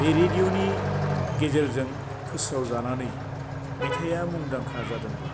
बे रेडिअनि गेजेरजों फोस्रावजानानै मेथायआ मुंदांखा जादोंब्ला